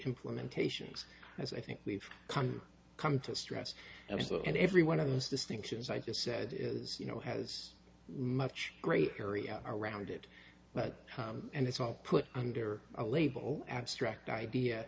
implementations as i think we've come to come to stress and so and every one of those distinctions i just said is you know has much greater area around it but and it's all put under a label abstract idea